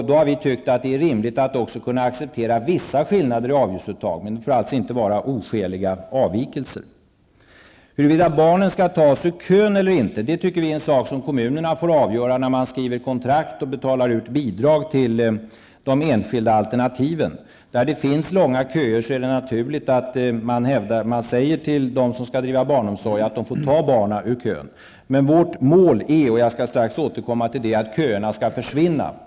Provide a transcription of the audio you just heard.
Då har vi tyckt att det är rimligt att också kunna acceptera vissa skillnader i avgiftsuttaget, men de får alltså inte vara oskäliga avvikelser. Huruvida barnen skall tas ur kön eller inte tycker vi är en sak som kommunerna får avgöra när de skriver kontrakt och betalar ut bidrag till de enskilda alternativen. Där det finns långa köer är det naturligt att man säger till dem som skall bedriva barnomsorg att de får ta barnen ur kön. Men vårt mål är -- jag skall strax återkomma till det -- att köerna skall försvinna.